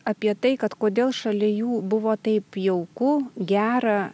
apie tai kad kodėl šalia jų buvo taip jauku gera